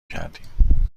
کردیم